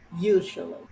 usually